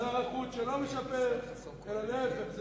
שר החוץ שלא משפר, אלא להיפך.